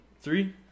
Three